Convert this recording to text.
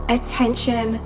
Attention